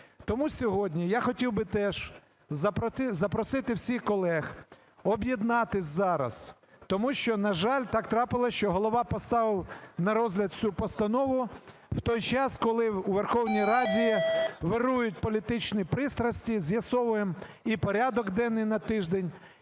Тому сьогодні я хотів би теж запросити всіх колег об'єднатися зараз, тому що, на жаль, так трапилося, що Голова поставив на розгляд цю постанову в той час, коли у Верховній Раді вирують політичні пристрасті, з'ясовуємо і порядок денний на тиждень,